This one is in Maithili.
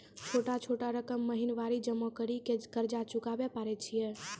छोटा छोटा रकम महीनवारी जमा करि के कर्जा चुकाबै परए छियै?